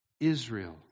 Israel